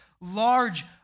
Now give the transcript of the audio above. large